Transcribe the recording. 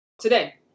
Today